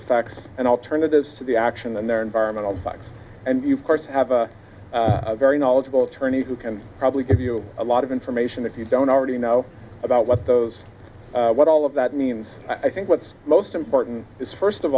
effects and alternatives to the action and their environmental bugs and you course have a very knowledgeable attorney who can probably give you a lot of information that you don't already know about what those what all of that means i think what's most important is first of